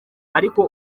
ariko